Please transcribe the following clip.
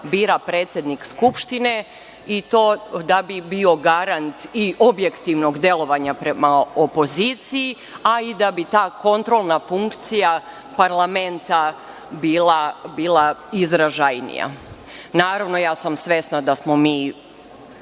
bira predsednik Skupštine i to da bi bio garant i objektivnog delovanja prema opoziciji, a i da bi ta kontrolna funkcija parlamenta bila izražajnija. Naravno, svesna sam da smo mi